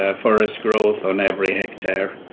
ah forest growth on every hectare.